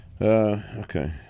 Okay